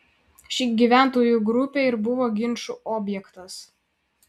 ši gyventojų grupė ir buvo ginčų objektas